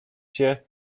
się